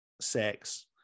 sex